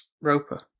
Roper